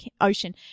Ocean